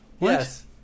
Yes